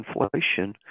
inflation